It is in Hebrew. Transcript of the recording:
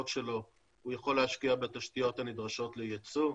שלו הוא יכול להשקיע בתשתיות הנדרשות ליצוא,